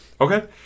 Okay